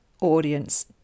audience